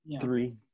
three